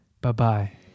Bye-bye